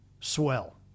Swell